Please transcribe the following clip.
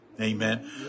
amen